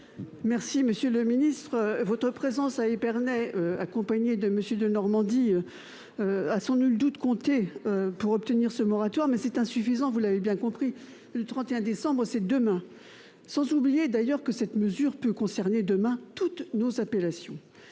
Monsieur le ministre, votre présence à Épernay, accompagné de M. Denormandie, a sans nul doute compté pour obtenir ce moratoire, mais c'est insuffisant. Vous l'avez bien compris. Le 31 décembre, c'est demain ! N'oublions pas qu'une telle mesure peut concerner prochainement toutes nos appellations.